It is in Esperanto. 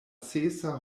sesa